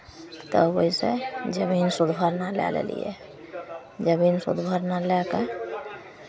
तब ओहिसँ जमीन सूद भरना लए लेलियै जमीन सूद भरना लए कऽ